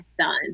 son